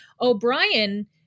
O'Brien